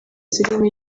zirimo